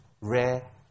rare